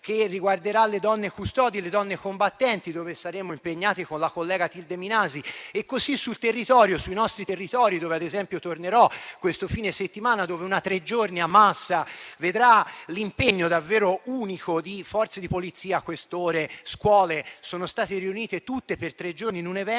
che riguarderà le donne custodi e le donne combattenti, dove saremo impegnati con la collega Tilde Minasi. E così sui nostri territori, dove ad esempio tornerò questo fine settimana, dove vi sarà una tre giorni a Massa che vedrà l'impegno davvero unico di forze di polizia, questore e scuole riunite tutte per tre giorni in un evento,